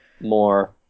More